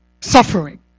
Suffering